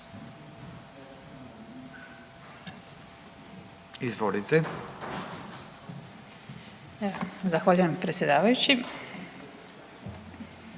Zahvaljujem predsjedavajući.